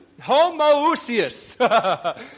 Homoousius